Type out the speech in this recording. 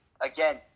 again